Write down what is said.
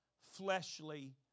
fleshly